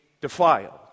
defiled